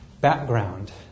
background